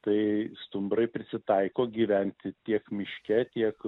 tai stumbrai prisitaiko gyventi tiek miške tiek